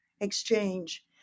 exchange